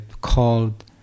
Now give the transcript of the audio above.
called